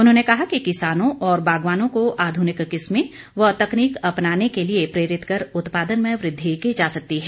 उन्होंने कहा कि किसानों और बागवानों को आधुनिक किस्में व तकनीक अपनाने के लिए प्रेरित कर उत्पादन में वृद्धि की जा सकती है